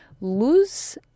Luz